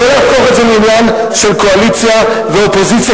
לא להפוך את זה לעניין של קואליציה ואופוזיציה,